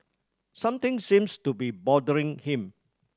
something seems to be bothering him